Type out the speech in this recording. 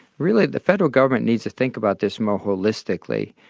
really the federal government needs to think about this more holistically,